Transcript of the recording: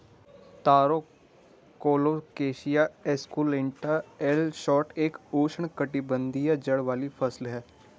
तारो colocasia esculenta L Schott एक उष्णकटिबंधीय जड़ वाली फसल है